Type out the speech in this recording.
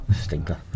stinker